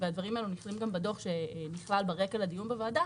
והדברים האלה נכללים גם בדוח שנכלל ברקע לדיון בוועדה